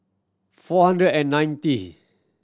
four hundred and ninety